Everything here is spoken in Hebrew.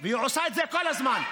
והיא עושה את זה כל הזמן,